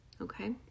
Okay